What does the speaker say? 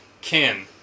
kin